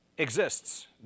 exists